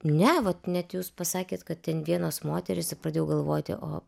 ne vat net jūs pasakėt kad ten vienos moterys pradėjau galvoti o